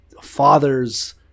father's